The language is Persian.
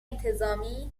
انتظامی